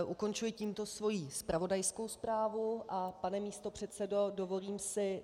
Ukončuji tímto svoji zpravodajskou zprávu, a pane místopředsedo, dovolím si...